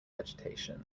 vegetation